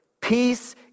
Peace